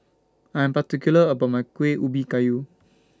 I'm particular about My Kuih Ubi Kayu